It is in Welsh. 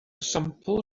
sampl